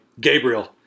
Gabriel